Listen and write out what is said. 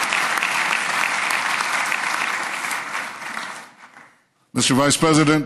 (מחיאות כפיים) Mr. Vice President,